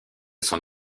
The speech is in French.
son